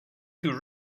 who